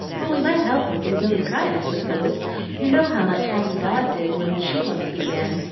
but we might help if we really tried, i suppose you know how much happy dodd did when she once began,